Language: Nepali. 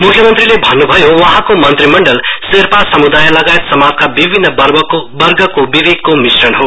मुख्यमन्त्रीले भन्न् भयो वहाँको मन्त्रीमण्डलमा शेर्पा सम्दाय लगायत समाजका विभिन्न वर्गको विवेकको मिश्रण हो